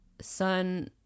son